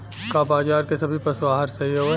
का बाजार क सभी पशु आहार सही हवें?